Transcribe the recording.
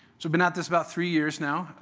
so been at this about three years now.